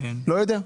אני לא יודע,